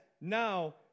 now